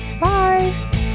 Bye